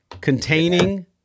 Containing